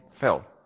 fell